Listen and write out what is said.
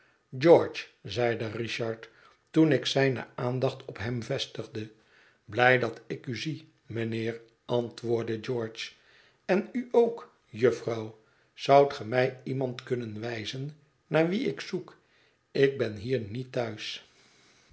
george zeide richard toen ik zijne aandacht op hem vestigde blij dat ik u zie mijnheer antwoordde george en u ook jufvrouw zoudt ge mij iemand kunnen wijzen naar wie ik zoek ik bejj hier niet thuis